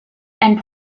and